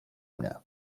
mnie